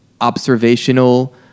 observational